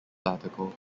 article